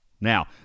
Now